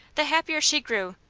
the happier she grew,